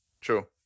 true